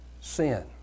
sin